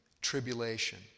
tribulation